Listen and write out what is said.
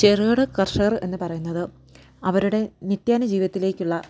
ചെറുകിട കർഷകർ എന്ന് പറയുന്നത് അവരുടെ നിത്യേന ജീവിതത്തിലേക്കുള്ള